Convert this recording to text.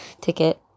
ticket